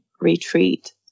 retreat